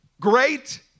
Great